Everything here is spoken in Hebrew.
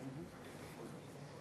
נשיא הודו ויושב-ראש הכנסת מאולם המליאה.) (תרועת חצוצרות)